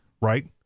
Right